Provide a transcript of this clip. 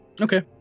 Okay